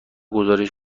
گزارش